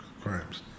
crimes